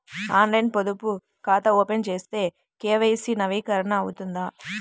ఆన్లైన్లో పొదుపు ఖాతా ఓపెన్ చేస్తే కే.వై.సి నవీకరణ అవుతుందా?